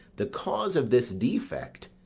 the cause of this defect,